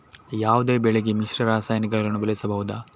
ಯಾವುದೇ ಬೆಳೆಗೆ ಮಿಶ್ರ ರಾಸಾಯನಿಕಗಳನ್ನು ಬಳಸಬಹುದಾ?